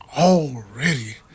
already